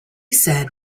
said